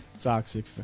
toxic